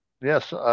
yes